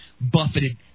buffeted